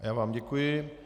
Já vám děkuji.